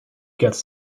gets